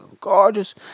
gorgeous